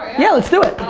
yeah, let's do it.